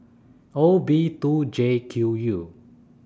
O B two J Q U